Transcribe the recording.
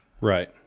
Right